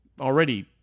already